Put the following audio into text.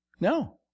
No